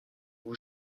vous